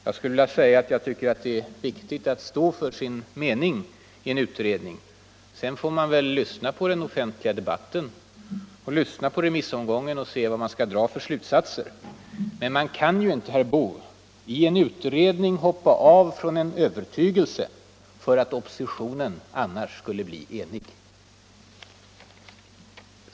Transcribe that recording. Jag tycker däremot att det är viktigt att stå för sin mening i en utredning. Sedan får man väl lyssna på den offentliga debatten och på remissomgången och se vad man skall dra för slutsatser. Men man kan ju inte, herr Boo, i en utredning hoppa av från en övertygelse för att oppositionen annars skulle bli enig!